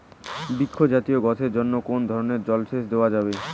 বৃক্ষ জাতীয় গাছের জন্য কোন ধরণের জল সেচ দেওয়া যাবে?